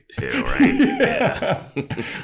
right